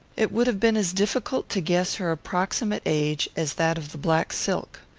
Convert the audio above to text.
it would have been as difficult to guess her approximate age as that of the black silk,